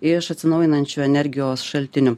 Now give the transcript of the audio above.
iš atsinaujinančių energijos šaltinių